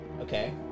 Okay